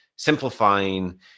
Simplifying